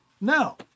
No